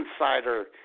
insider